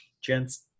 gents